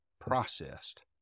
processed